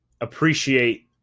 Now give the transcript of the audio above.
appreciate